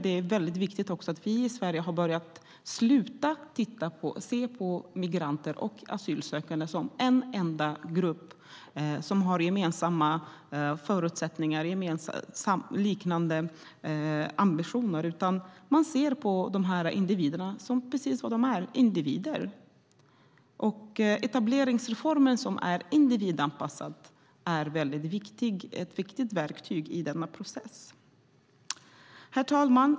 Det är viktigt att vi i Sverige har slutat se på migranter och asylsökande som en enda grupp med gemensamma förutsättningar och liknande ambitioner. Nu ser man på dessa individer som just individer. Etableringsreformen som är individanpassad är ett viktigt verktyg i denna process. Herr talman!